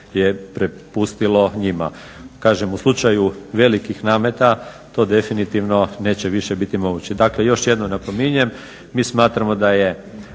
je prepustilo njima. Kažem, u slučaju velikih nameta to definitivno neće više biti moguće. Dakle, još jednom napominjem, mi smatramo da je